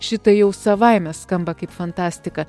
šitai jau savaime skamba kaip fantastika